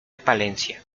palencia